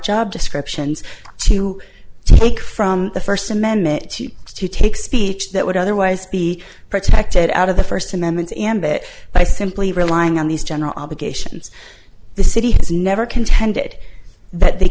job descriptions to take from the first amendment she has to take speech that would otherwise be protected out of the first amendment and that by simply relying on these general obligations the city has never contended that they